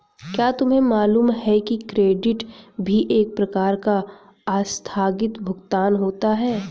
क्या तुम्हें मालूम है कि क्रेडिट भी एक प्रकार का आस्थगित भुगतान होता है?